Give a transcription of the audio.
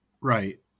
Right